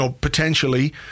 potentially